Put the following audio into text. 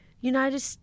United